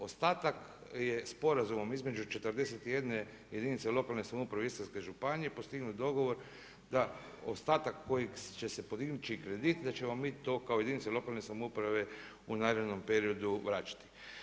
Ostatak je sporazumom između 41 jedinica lokalne samouprave Istarske županije postignut dogovor da ostatak koji će se podignuti kredit da ćemo mi to kao jedinice lokalne samouprave u narednom periodu vraćati.